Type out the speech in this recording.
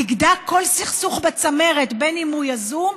תגדע כל סכסוך בצמרת בין שהוא יזום,